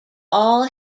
all